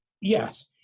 Yes